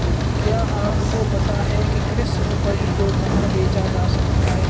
क्या आपको पता है कि कृषि उपज को कहाँ बेचा जा सकता है?